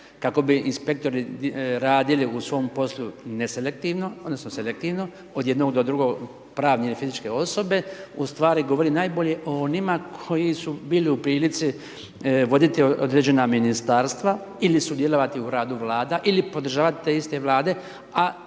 kako bi inspektori radili u svom poslu neselektivno odnosno selektivno od jednog do drugog pravne ili fizičke osobe u stvari govori najbolje o onima koji su bili u prilici voditi određena Ministarstva ili sudjelovati u radu Vlada ili podržavati te iste Vlade,